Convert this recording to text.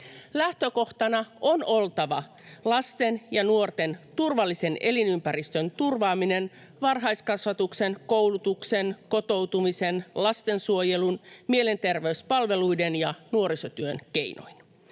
Lähtökohtana on oltava lasten ja nuorten turvallisen elinympäristön turvaaminen varhaiskasvatuksen, koulutuksen, kotoutumisen, lastensuojelun, mielenterveyspalveluiden ja nuorisotyön keinoin.